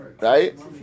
Right